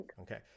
Okay